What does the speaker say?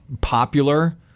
popular